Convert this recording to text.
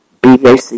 BAC